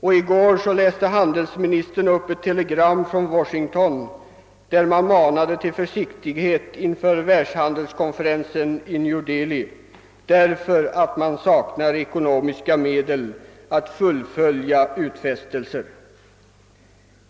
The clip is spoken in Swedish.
I går läste handelsminister Lange upp ett telegram från Washington där man manade till försiktighet inför världshandelskonferensen i New Delhi, därför att man saknar ekonomiska medel att fullfölja utfästelser.